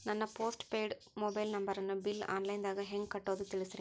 ನನ್ನ postpaid mobile ನಂಬರನ್ನು bill online ದಾಗ ಹೆಂಗ್ ಕಟ್ಟೋದು ತಿಳಿಸ್ರಿ